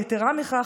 יתרה מזו,